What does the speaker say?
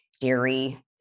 dairy